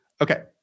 Okay